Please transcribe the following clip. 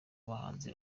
abahanzi